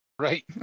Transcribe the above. right